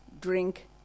drink